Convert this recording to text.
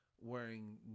wearing